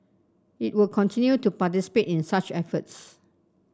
it will continue to participate in such efforts